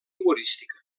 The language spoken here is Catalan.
humorística